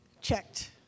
checked